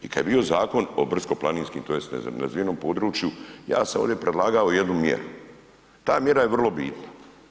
I kad je bio Zakon o brdsko-planinskim tj. nerazvijenom području ja sam ovdje predlagao jednu mjeru, ta mjera je vrlo bitna.